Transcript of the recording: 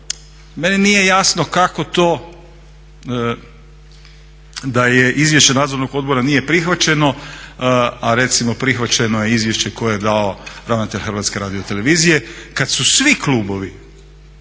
Meni nije jasno kako to da izvješće Nadzornog odbora nije prihvaćeno, a recimo prihvaćeno je izvješće koje je dao ravnatelj HRT-a, kad su svi klubovi